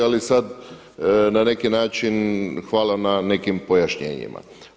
Ali sad na neki način hvala na nekim pojašnjenjima.